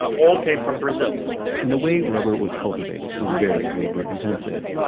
ah all came from brazil and the way rubber was cultivated was very labor-intensive.